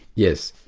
yes.